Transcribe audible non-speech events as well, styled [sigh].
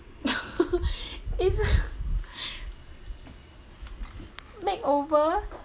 [laughs] it's a [laughs] makeover